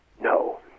No